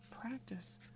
practice